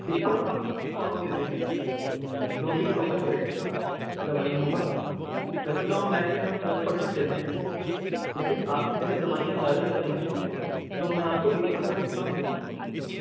اِس پہ ہم آپ کو ڈسکاؤنٹ دے دیں گے جو بھی ٹوٹل بیٹھےگا دوائیوں پر ویسے تو ہم میکسیمم دس پرسینٹ دیتے ہیں لیکن آپ کی جیسے دوائیاں زیادہ لگ رہی ہیں مجھے تو میں آپ کو بیس پرسینٹ ڈسکاؤنٹ دے دونگا اِس پر